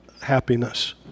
happiness